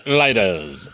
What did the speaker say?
lighters